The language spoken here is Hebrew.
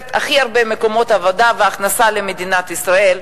הכי הרבה מקומות עבודה והכנסה למדינת ישראל.